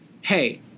hey